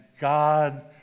God